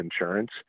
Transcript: insurance